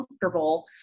comfortable